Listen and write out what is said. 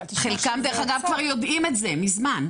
חלקם דרך אגב כבר יודעים את זה מזמן.